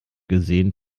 gesehen